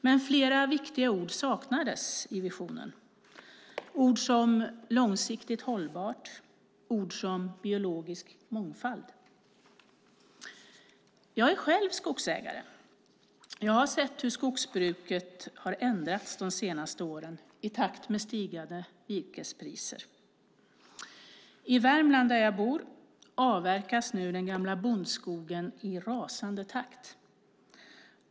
Men flera viktiga ord saknades i visionen: långsiktigt hållbart och biologisk mångfald. Jag är själv skogsägare. Jag har sett hur skogsbruket har ändrats de senaste åren i takt med stigande virkespriser. I Värmland där jag bor avverkas nu den gamla bondskogen i rasande takt.